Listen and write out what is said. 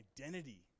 identity